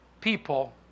people